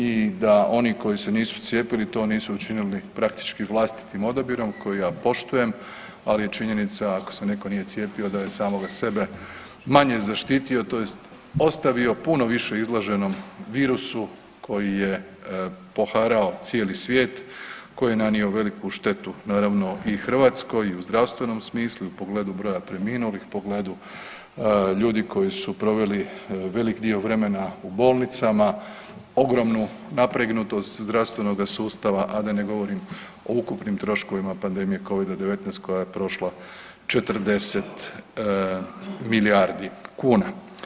I da oni koji se nisu cijepili to nisu učinili praktički vlastitim odabirom koji ja poštujem, ali je činjenica ako se netko nije cijepio da je samoga sebe manje zaštitio, tj. ostavio puno više izloženom virusu koji je poharao cijeli svijet, koji je nanio veliku štetu naravno i Hrvatskoj i u zdravstvenom smislu i u pogledu broja preminulih, pogledu ljudi koji su proveli velik dio vremena u bolnicama, ogromnu napregnutost zdravstvenoga sustava, a da ne govorim o ukupnim troškovima pandemije covida 19 koja je prošla 40 milijardi kuna.